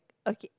okay